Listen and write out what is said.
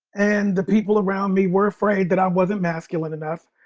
and the people around me were afraid that i wasn't masculine enough,